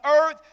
earth